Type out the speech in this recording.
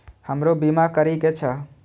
हमरो बीमा करीके छः?